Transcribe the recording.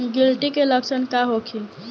गिलटी के लक्षण का होखे?